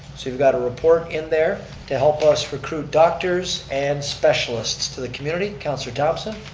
so you've got a report in there to help us recruit doctors and specialists to the community. councilor thomson?